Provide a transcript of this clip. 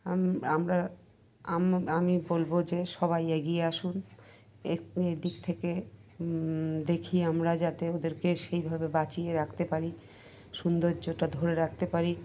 আমরা আমি বলব যে সবাই এগিয়ে আসুন এই দিক থেকে দেখি আমরা যাতে ওদেরকে সেইভাবে বাঁচিয়ে রাখতে পারি সৌন্দর্যটা ধরে রাখতে পারি